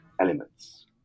elements